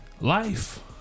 Life